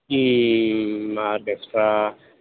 ம் ஆர்கெஸ்ட்ரா